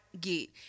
get